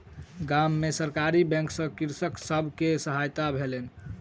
गाम में सरकारी बैंक सॅ कृषक सब के सहायता भेलैन